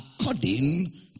According